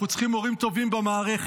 אנחנו צריכים מורים טובים במערכת.